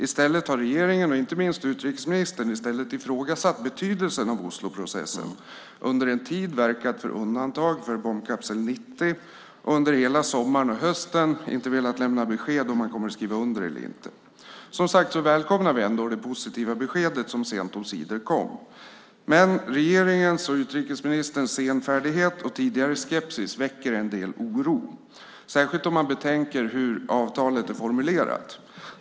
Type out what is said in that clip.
I stället har regeringen, inte minst utrikesministern, ifrågasatt betydelsen av Osloprocessen, under en tid verkat för undantag för bombkapsel 90 och under hela sommaren och hösten inte velat lämna besked om man kommer att skriva under eller inte. Vi välkomnar, som sagt, det positiva besked som sent omsider kom, men regeringens och utrikesministerns senfärdighet och tidigare skepsis väcker en del oro, särskilt om man betänker hur avtalet är formulerat.